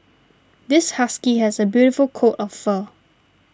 this husky has a beautiful coat of fur